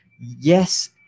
Yes